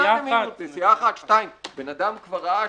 נסיעה אחת, שתיים, בן אדם כבר ראה,